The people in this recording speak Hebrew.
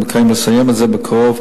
אני מתכוון לסיים את זה בקרוב,